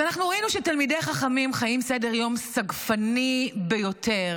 אז אנחנו ראינו שתלמידי חכמים חיים בסדר-יום סגפני ביותר.